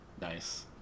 Nice